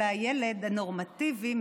אלא הילד הנורמטיבי,